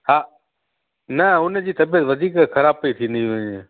हा न उनजी तबियतु वधीक ख़राब पइ थींदी वञे